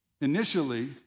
initially